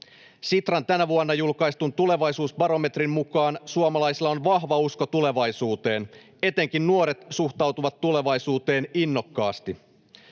Sitran tänä vuonna julkaistun tulevaisuusbarometrin mukaan suomalaisilla on vahva usko tulevaisuuteen ja etenkin nuoret suhtautuvat tulevaisuuteen innokkaasti.